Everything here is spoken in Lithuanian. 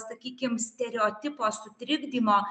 sakykim stereotipo sutrikdymo